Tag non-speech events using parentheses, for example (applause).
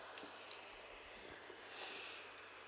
(breath)